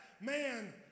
man